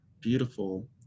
beautiful